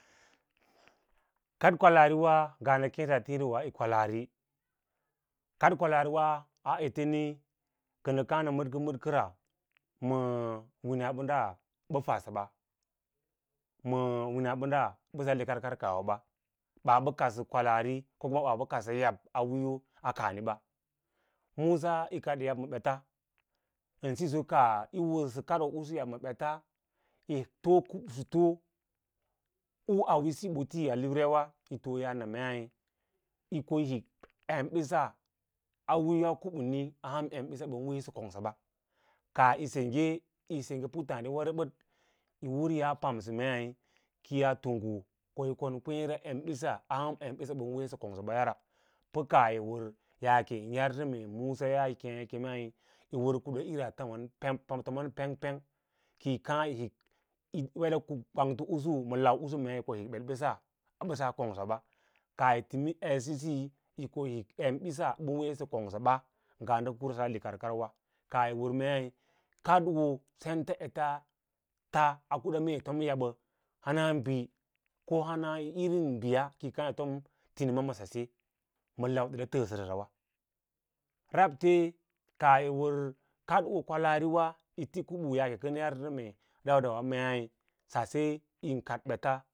Kad kwallariwa ngaa na keeda tiiri way i kwalaari kad kwalaariwa a eteni kana kas na madka madker ma winabarad ba fadawaba ma wins boda boss likar kaah a ba baa ba kaso kwalaari ko km aba ba kadsa yab a kaah nibs musa yi kad yeh ma bets an siso kaah yi asa kadoo ‘usu yab ma bets a luuri yi too ya na me iyi ko yi hik embisa a wiiya kubun a ham embies ban weesa kangba kaah yi segga yas sengge pullasbiwa rabad yaa pansa mee kiyaa tungge kayi kon kwaara embias a ham embiss ban weesa kongsa ba pa kaa war yaakan yar sa mee musa yaa kem yi kemei yi war nda is yii tomon penpeng yi wede karantolwu ma lau’usu koyi hik embiss bassa kongsa ba kaah yi limi edsisi koyi hik embisa bans weesa kongsa ba ngaa nda kuraw a likarko wa kaah yiwar mei kadoo senta bets a kuda mee tom yabba hans bi ko hana irin biya kiyi kaayi tom timims ma f-safe ma daada taasora wa tabta kaah yi waarkadod kwalaa riwas yiti kubu yaake kam yarsa mee handawa mei sase,